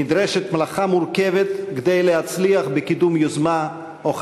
נדרשת מלאכה מורכבת כדי להצליח בקידום יוזמה או חקיקה.